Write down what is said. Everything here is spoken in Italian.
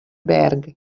berg